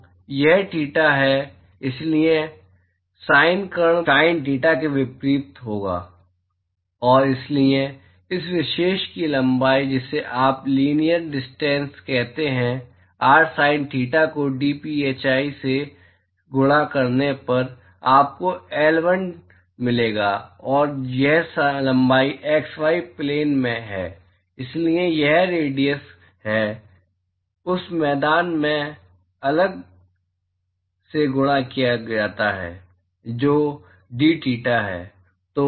तो यह थीटा है और इसलिए पाप कर्ण पाप थीटा के विपरीत होगा और इसलिए इस विशेष की लंबाई जिसे आप लीनीअर डिस्टेंस जानते हैं r sin थीटा को dphi से गुणा करने पर आपको L1 मिलेगा और यह लंबाई xy प्लेन में है और इसलिए यह रेडियस है उस मैदान में अःगल से गुणा किया जाता है जो दथेटा है